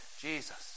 Jesus